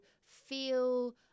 feel